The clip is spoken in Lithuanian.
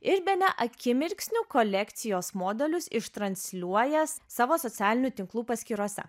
ir bene akimirksniu kolekcijos modelius ištransliuojąs savo socialinių tinklų paskyrose